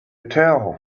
tell